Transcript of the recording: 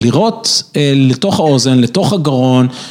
לראות לתוך האוזן, לתוך הגרון,